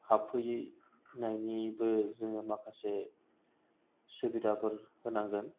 हाबफैयैनायनिबो जोङो माखासे सुबिदाफोर होनांगोन